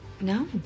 No